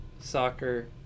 soccer